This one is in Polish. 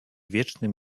wiecznym